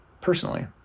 personally